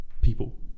people